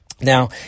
Now